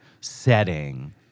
setting